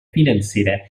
financera